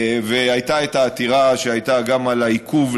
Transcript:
והייתה העתירה שהייתה גם על העיכוב,